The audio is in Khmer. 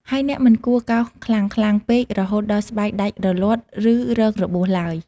ហើយអ្នកមិនគួរកោសខ្លាំងៗពេក រហូតដល់ស្បែកដាច់រលាត់ ឬរងរបួសឡើយ។